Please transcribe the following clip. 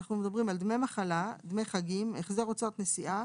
דמי מחלה, דמי חגים, החזר הוצאות נסיעה.